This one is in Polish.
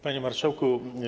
Panie Marszałku!